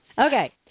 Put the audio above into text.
Okay